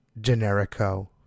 Generico